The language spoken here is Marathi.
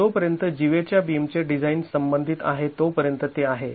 तर जोपर्यंत जीवेच्या बीमचे डिझाईन संबंधित आहे तोपर्यंत ते आहे